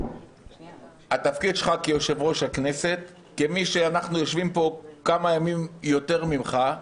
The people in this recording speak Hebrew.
התפקיד שלך כיושב-ראש הכנסת כמי שיושבים פה כמה ימים יותר ממך,